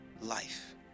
life